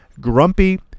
Grumpy